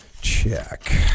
check